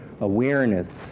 awareness